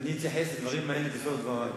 ואני אתייחס לדברים האלה בסוף דברי.